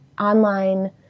online